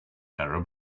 arab